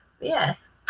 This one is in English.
yes